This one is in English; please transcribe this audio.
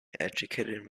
educated